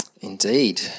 Indeed